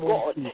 God